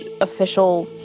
official